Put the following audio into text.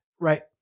Right